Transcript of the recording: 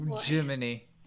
Jiminy